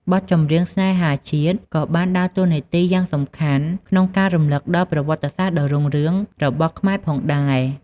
បទចម្រៀងស្នេហាជាតិក៏បានដើរតួនាទីយ៉ាងសំខាន់ក្នុងការរំលឹកដល់ ប្រវត្តិសាស្ត្រដ៏រុងរឿង របស់ខ្មែរផងដែរ។